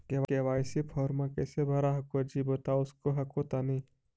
KYC फॉर्मा कैसे भरा हको जी बता उसको हको तानी?